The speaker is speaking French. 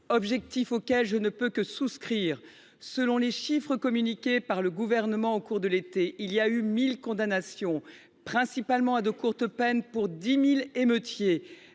objectifs auxquels je ne peux que souscrire. Selon les chiffres communiqués par le Gouvernement au cours de l’été, 1 000 condamnations ont été prononcées, principalement à de courtes peines, pour 10 000 émeutiers.